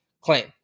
claim